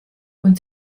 und